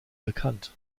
bekannt